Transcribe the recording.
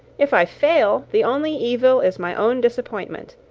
if i fail, the only evil is my own disappointment.